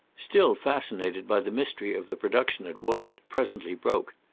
still fascinated by the mystery of the production at woollett, presently broke.